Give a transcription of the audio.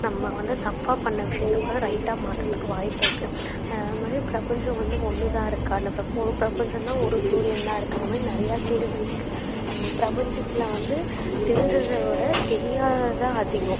நம்ம வந்து தப்பாக பண்ண விஷயத்தை கூட ரைட்டாக மாத்துறதுக்கு வாய்ப்பு இருக்கு அதுமாரி பிரபஞ்சம் வந்து ஒன்று தான் இருக்கா இந்த பிர ஒரு பிரபஞ்சம் தான் ஒரு சூரியன் தான் இருக்கா அந்தமாரி நிறையா கேள்வி இருக்கு நம்ம பிரபஞ்சத்தில் வந்து தெரிஞ்சதை விட தெரியாதது தான் அதிகம்